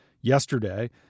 yesterday